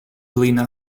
lena